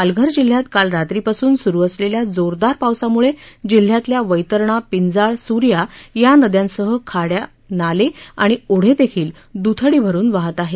पालघर जिल्ह्यात काल रात्रीपासून सुरु असलेल्या जोरदार पावसामुळे जिल्ह्यातल्या वैतरणा पिजाळ सूर्या या नद्यांसह खाड्या नाले आणि ओढेदेखील दुथडी भरून वाहत आहेत